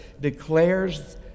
declares